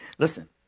Listen